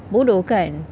bodoh kan